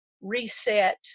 reset